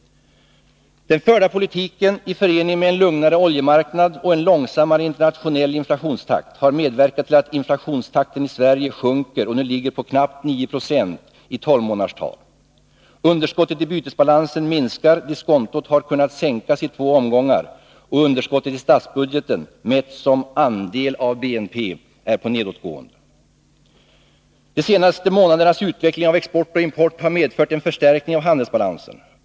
Den förda politiken, i förening med en lugnare oljemarknad och en långsammare internationell inflationstakt, har medverkat till att inflationstakten i Sverige sjunker och nu ligger på knappt 9 2 i tolvmånaderstal, underskottet i bytesbalansen minskar, diskontot har kunnat sänkas i två omgångar och underskottet i statsbudgeten mätt som andel av BNP är på nedåtgående. De senaste månadernas utveckling av export och import har medfört en förstärkning av handelsbalansen.